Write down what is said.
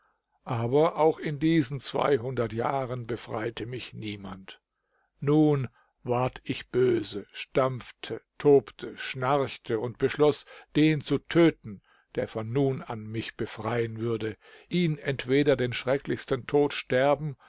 aber auch in diesen jahren befreite mich niemand nun ward ich böse stampfte tobte schnarchte und beschloß den zu töten der von nun an mich befreien würde ihn entweder den schrecklichsten tod sterben